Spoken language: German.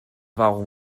warum